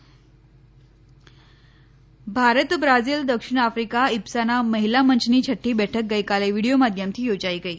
IBSA Bharat Brazil દક્ષિણ Africa ઇબ્સાના મહિલા મંચની છઠ્ઠી બેઠક ગઇકાલે વીડિયો માધ્યમથી યોજાઈ ગઈ